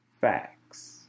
Facts